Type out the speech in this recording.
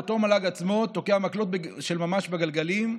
אותו מל"ג עצמו תוקע מקלות של ממש בגלגלים,